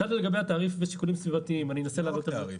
שאלת לגבי התעריף בשיקולים סביבתיים --- לא רק תעריף,